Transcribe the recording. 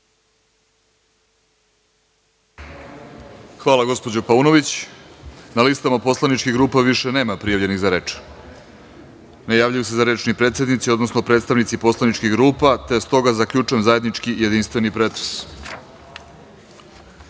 Orlić** Zahvaljujem. Na listama poslaničkih grupa više nema prijavljenih za reč. Ne javljaju se za reč ni predsednici, odnosno predstavnici poslaničkih grupa, te stoga zaključujem zajednički jedinstveni pretres. Dame